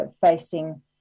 facing